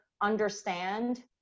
understand